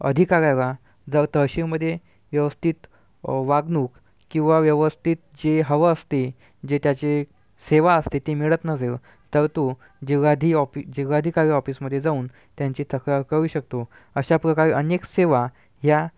अधिकाऱ्याला जर तहसीलमधे व्यवस्थित वागणूक किंवा व्यवस्थित जे हवं असते जे त्याची सेवा असते ती मिळत नजेल तर तो जिल्हाधि ऑफि जिल्हाधिकारी ऑफिसमध्ये जाऊन त्यांची तक्रार करू शकतो अशा प्रकारे अनेक सेवा या